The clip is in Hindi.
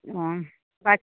हाँ बट